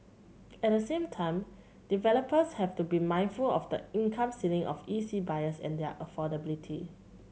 at the same time developers have to be mindful of the income ceiling of E C buyers and their affordability